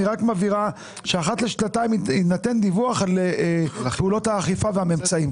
היא רק מבהירה שאחת לשנתיים יינתן דיווח על פעולות האכיפה והממצאים.